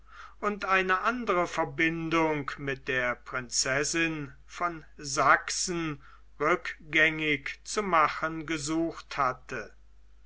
und eine andere verbindung mit der prinzessin von sachsen rückgängig zu machen gesucht hatte